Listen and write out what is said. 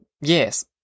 yes